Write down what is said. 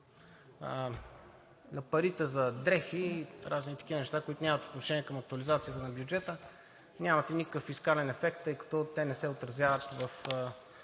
на парите за дрехи и разни такива неща, които нямат отношение към актуализацията на бюджета. Нямат никакъв фискален ефект, тъй като те не се отразяват в